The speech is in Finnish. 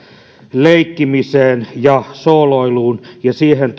leikkimiseen ja sooloiluun ja siihen